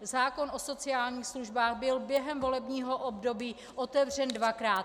Zákon o sociálních službách byl během volebního období otevřen dvakrát.